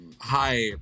Hi